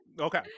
Okay